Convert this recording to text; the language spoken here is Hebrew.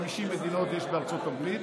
50 מדינות יש בארצות הברית,